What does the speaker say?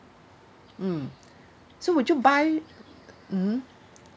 mm so would you buy mmhmm